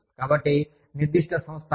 కాబట్టి నిర్దిష్ట సంస్థ